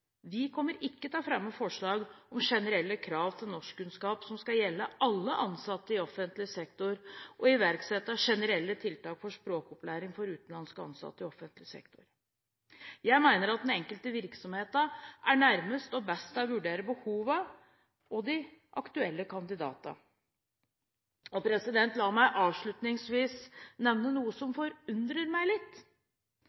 Vi kommer ikke til å fremme forslag om generelle krav til norskkunnskaper som skal gjelde alle ansatte i offentlig sektor, og iverksette generelle tiltak for språkopplæring for utenlandske ansatte i offentlig sektor. Jeg mener den enkelte virksomhet er nærmest og best til å vurdere behovene og de aktuelle kandidatene. La meg avslutningsvis nevne noe som